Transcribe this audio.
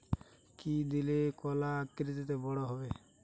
কি দিলে কলা আকৃতিতে বড় হবে?